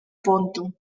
ponto